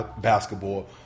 basketball